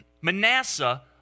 Manasseh